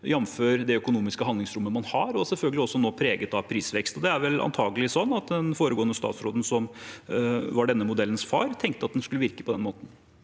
jf. det økonomiske handlingsrommet man har. Det er selvfølgelig også nå preget av prisvekst. Det er antagelig slik at den statsråden som er denne modellens far, tenkte at den skulle virke på den måten.